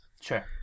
Sure